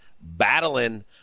battling